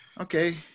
Okay